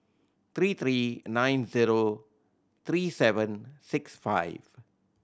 three three nine zero three seven six five